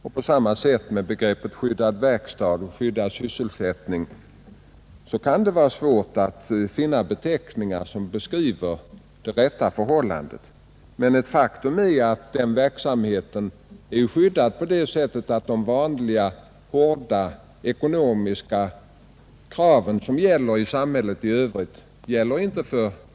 På samma sätt kan det, när det gäller begreppen skyddad verkstad och skyddad sysselsättning, vara svårt att finna beteckningar som beskriver det rätta förhållandet, men ett faktum är att denna verksamhet är skyddad inte minst på det sättet att de vanliga, hårda ekonomiska kraven, som gäller i samhället i övrigt, inte gäller här.